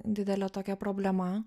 didelė tokia problema